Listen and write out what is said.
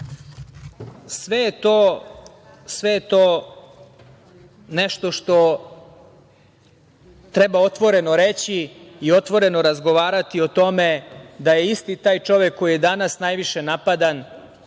sve je to nešto što treba otvoreno reći i otvoreno razgovarati o tome da je isti taj čovek koji je danas najviše napadan,